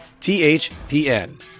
THPN